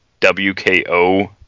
WKO